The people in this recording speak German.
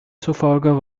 zufolge